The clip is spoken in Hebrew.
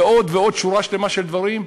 ועוד ועוד שורה שלמה של דברים.